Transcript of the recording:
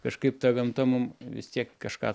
kažkaip ta gamta mum vis tiek kažką